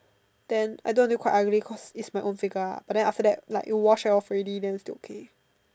then I do until quite ugly cause is my own finger lah but then after that like wash it off already still okay